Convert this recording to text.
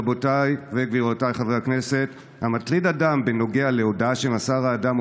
רבותיי וגבירותיי חברי הכנסת: "המטריד אדם בנוגע להודעה שמסר האדם,